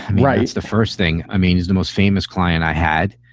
right? the first thing i mean, is the most famous client i had.